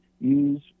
Use